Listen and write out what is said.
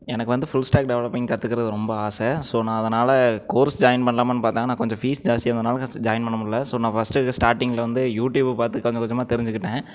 எனக்கு வந்து full stack developing கற்றுக்குறது ரொம்ப ஆசை ஸோ நான் அதனால் கோர்ஸ் ஜாயின் பண்ணலாமான்னு பார்த்தேன் ஆனால் கொஞ்சம் ஃபீஸ் ஜாஸ்தியாக இருந்ததுனால் ஃபர்ஸ்டு ஜாயின் பண்ண முடில ஸோ நா ஃபர்ஸ்டு ஸ்டார்டிங்கில் வந்து யூடியூபை பார்த்து கொஞ்சம் கொஞ்சமாக தெரிஞ்சுக்கிட்டேன்